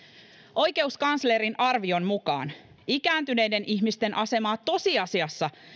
oikeuskanslerin arvion mukaan ikääntyneiden ihmisten asemaa tosiasiassa